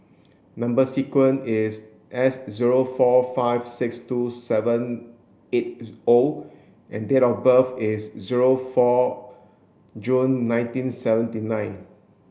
number sequence is S zero four five six two seven eight O and date of birth is zero four June nineteen seventy nine